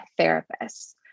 therapists